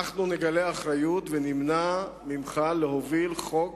אנחנו נגלה אחריות ונמנע ממך להוביל חוק